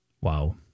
Wow